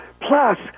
Plus